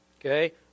Okay